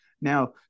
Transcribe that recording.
Now